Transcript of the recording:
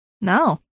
No